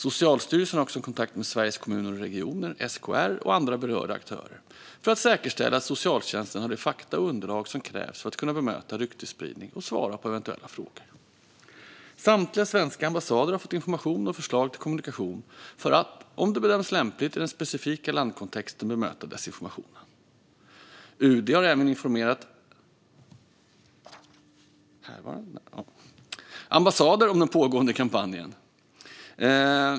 Socialstyrelsen har också kontakt med Sveriges Kommuner och Regioner, SKR, och andra berörda aktörer för att säkerställa att socialtjänsten har de fakta och underlag som krävs för att kunna bemöta ryktesspridning och svara på eventuella frågor. Samtliga svenska ambassader har fått information och förslag till kommunikation för att, om det bedöms lämpligt i den specifika landkontexten, bemöta desinformationen. UD har även informerat härvarande ambassader om den pågående kampanjen.